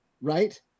right